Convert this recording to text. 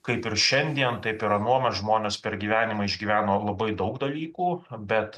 kaip ir šiandien taip ir anuomet žmonės per gyvenimą išgyveno labai daug dalykų bet